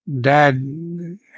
Dad